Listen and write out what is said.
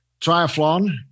triathlon